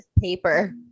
paper